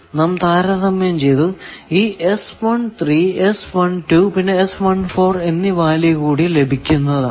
നാം താരതമ്യം ചെയ്തു ഈ പിന്നെ എന്നീ വാല്യൂ കൂടി ലഭിക്കുന്നതാണ്